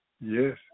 Yes